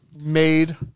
made